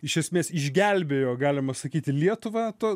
iš esmės išgelbėjo galima sakyti lietuvą to